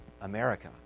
America